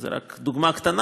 זאת רק דוגמה קטנה,